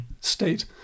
state